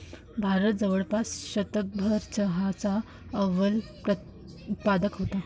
भारत जवळपास शतकभर चहाचा अव्वल उत्पादक होता